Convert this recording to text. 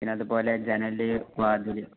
പിന്നെ അതുപോലെ ജനൽ വാതിൽ